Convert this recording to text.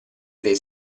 dei